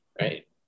right